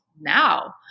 now